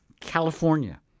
California